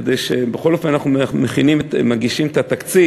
כי בכל אופן אנחנו מגישים את התקציב,